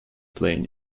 plane